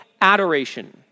adoration